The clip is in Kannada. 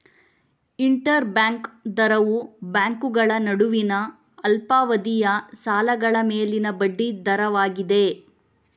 ಇಂಟರ್ ಬ್ಯಾಂಕ್ ದರವು ಬ್ಯಾಂಕುಗಳ ನಡುವಿನ ಅಲ್ಪಾವಧಿಯ ಸಾಲಗಳ ಮೇಲಿನ ಬಡ್ಡಿ ದರವಾಗಿದೆ